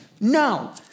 No